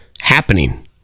happening